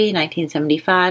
1975